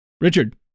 Richard